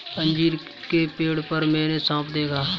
अंजीर के पेड़ पर मैंने साँप देखा